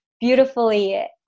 beautifully